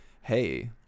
hey